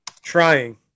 trying